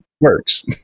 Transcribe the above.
works